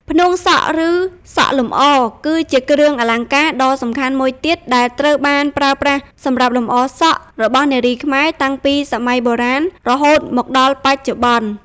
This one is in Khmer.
ផ្នួងសក់ ឬសក់លម្អ គឺជាគ្រឿងអលង្ការដ៏សំខាន់មួយទៀត ដែលត្រូវបានប្រើប្រាស់សម្រាប់លម្អ សក់ របស់នារីខ្មែរតាំងពីសម័យបុរាណរហូតមកដល់បច្ចុប្បន្ន។